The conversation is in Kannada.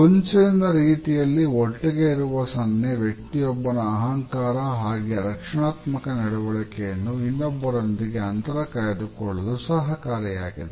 ಗೊಂಚಲಿನ ರೀತಿಯಲ್ಲಿ ಒಟ್ಟಿಗೆ ಇರುವ ಸನ್ನೆ ವ್ಯಕ್ತಿಯೊಬ್ಬನ ಅಹಂಕಾರ ಹಾಗೆಯೇ ರಕ್ಷಣಾತ್ಮಕ ನಡವಳಿಕೆಯನ್ನು ಇನ್ನೊಬ್ಬರೊಂದಿಗೆ ಅಂತರ ಕಾಯ್ದುಕೊಳ್ಳಲು ಸಹಕಾರಿಯಾಗಿದೆ